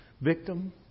victim